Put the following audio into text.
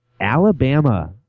Alabama